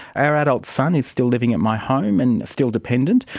our adult son is still living at my home and still dependent.